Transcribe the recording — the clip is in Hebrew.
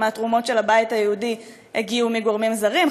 52.1% מהתרומות של הבית היהודי הגיעו מגורמים זרים,